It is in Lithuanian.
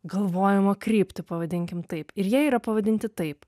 galvojimo kryptį pavadinkim taip ir jie yra pavadinti taip